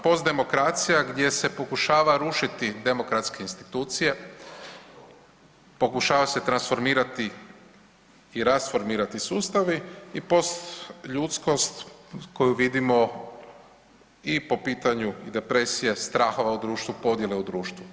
Postdemokracija gdje se pokušava rušiti demokratske institucije, pokušava se transformirati i rasformirati sustavi i postljudskost koju vidimo i po pitanju i depresija, strahova u društvu, podjele u društvu.